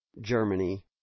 Germany